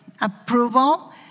approval